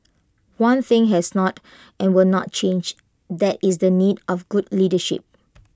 one thing has not and will not change that is the need of good leadership